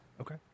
Okay